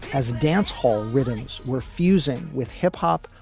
as dance hall rhythms were fusing with hip hop,